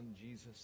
Jesus